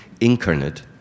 incarnate